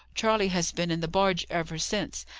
charley has been in the barge ever since,